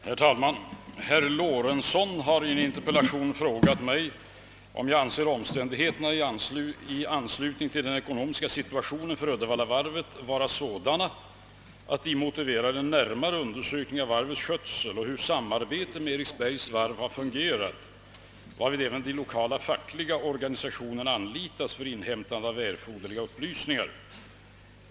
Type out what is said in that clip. Herr talman! Herr Lorentzon har i en interpellation frågat mig, om jag anser omständigheterna i anslutning till den ekonomiska situationen för Uddevallavarvet aktiebolag vara sådana, att de motiverar en närmare undersökning av varvets skötsel och hur samarbetet med Eriksbergs varv fungerat, varvid även den lokala fackliga organisationen anlitas för inhämtande av erforderliga upplysningar.